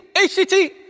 h t t.